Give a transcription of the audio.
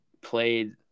played